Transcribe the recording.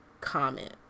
Comment